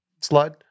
slide